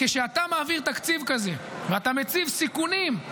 כשאתה מעביר תקציב כזה ואתה מציב סיכונים,